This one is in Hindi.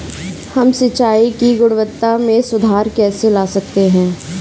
हम सिंचाई की गुणवत्ता में सुधार कैसे ला सकते हैं?